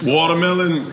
Watermelon